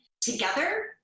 together